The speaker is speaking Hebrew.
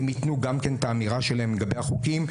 הם ייתנו גם כן את האמירה שלהם לגבי החוקים,